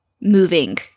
moving